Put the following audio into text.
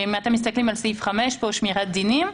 אם אתם מסתכלים על סעיף 5 פה, שמירת דינים,